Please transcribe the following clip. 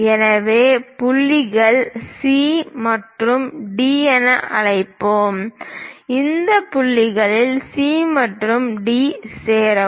எனவே புள்ளிகளை சி மற்றும் டி என அழைப்போம் இந்த புள்ளிகளில் சி மற்றும் டி சேரவும்